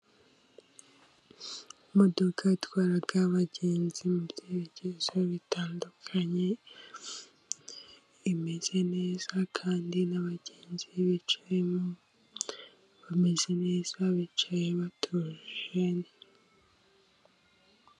Imodoka itwara abagenzi mu byerekezo bitandukanye，imeze neza， kandi n’abagenzi bicayemo bameze neza，bicaye batuje.